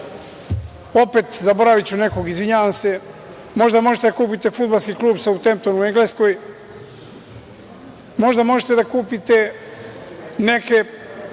opet zaboraviću nekog, izvinjavam se, možda možete da kupite Fudbalski klub „Sautempton“ u Engleskoj, možda možete da kupite neke